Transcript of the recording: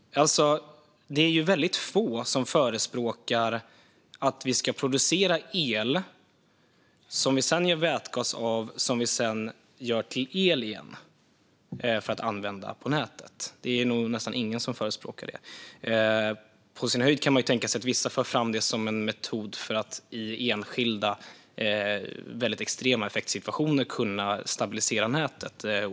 Det är väldigt få som förespråkar att vi ska producera el som vi sedan gör vätgas av och som vi sedan gör till el igen för att använda på nätet. Det är nog nästan ingen som förespråkar det. På sin höjd kan man tänka sig att vissa för fram det som en metod för att i enskilda väldigt extrema effektsituationer kunna stabilisera nätet.